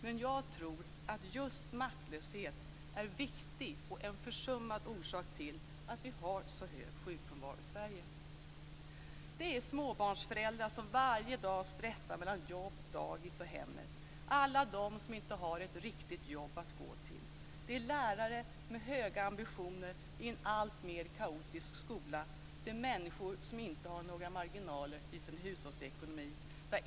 Men jag tror att just maktlöshet är en viktig och försummad orsak till att vi har så hög sjukfrånvaro i Sverige. Det är småbarnsföräldrar som varje dag stressar mellan jobb, dagis och hemmet. Det är alla de som inte har ett riktigt jobb att gå till. Det är lärare med höga ambitioner i en alltmer kaotisk skola. Det är människor som inte har några marginaler i sin hushållsekonomi.